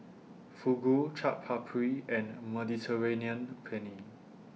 Fugu Chaat Papri and Mediterranean Penne